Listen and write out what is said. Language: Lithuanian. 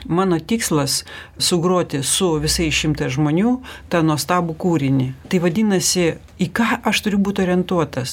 mano tikslas sugroti su visais šimtą žmonių tą nuostabų kūrinį tai vadinasi į ką aš turiu būt orientuotas